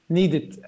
needed